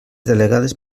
delegades